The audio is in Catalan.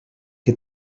que